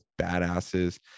badasses